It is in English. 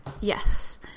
Yes